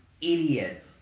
idiot